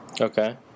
Okay